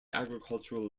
agricultural